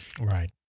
Right